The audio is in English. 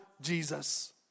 Jesus